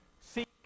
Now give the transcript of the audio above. Seek